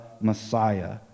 Messiah